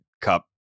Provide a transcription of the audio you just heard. cup